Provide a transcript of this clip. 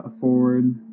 forward